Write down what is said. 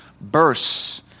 bursts